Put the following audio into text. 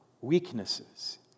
weaknesses